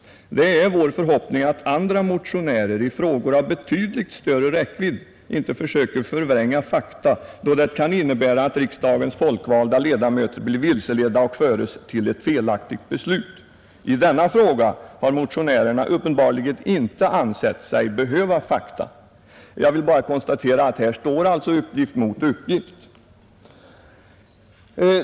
Det är vår förhoppning att andra motionärer i frågor av betydligt större räckvidd inte försöker förvränga fakta då det kan innebära att riksdagens folkvalda ledamöter blir vilseledda och föres till ett felaktigt beslut. I denna fråga har motionärerna uppenbarligen inte ansett sig behöva fakta.” Jag vill bara konstatera att här står uppgift mot uppgift.